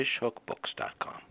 fishhookbooks.com